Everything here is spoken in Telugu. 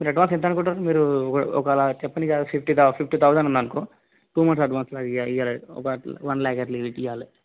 మీరు అడ్వాన్స్ ఎంత అనుకుంటున్నారు మీరు ఒక ఒకేలా చెప్పండి ఇగ ఫిఫ్టీ థౌ ఫిఫ్టీ థౌసండ్ ఉందనుకో టూ మంత్స్ అడ్వాన్స్గా ఇయ్య ఇయ్యాలి ఒక వన్ ల్యాక్ గట్ల ఇయ్యాలి